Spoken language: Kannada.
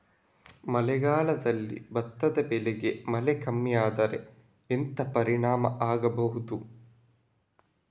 ಮಳೆಗಾಲದಲ್ಲಿ ಭತ್ತದ ಬೆಳೆಗೆ ಮಳೆ ಕಮ್ಮಿ ಆದ್ರೆ ಎಂತ ಪರಿಣಾಮ ಆಗಬಹುದು?